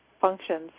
functions